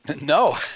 No